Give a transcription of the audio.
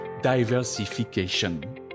diversification